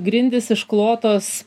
grindys išklotos